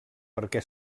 perquè